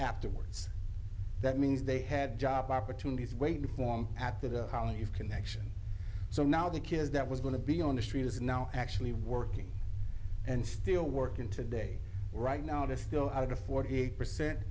afterwards that means they had job opportunities way to form at the college of connection so now the kids that was going to be on the street is now actually working and still working today right now they're still out of the forty eight percent